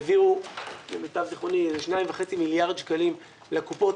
העבירו למיטב זכרוני - 2.5 מיליארד שקלים לקופות